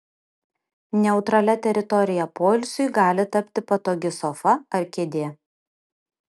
neutralia teritorija poilsiui gali tapti patogi sofa ar kėdė